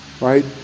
Right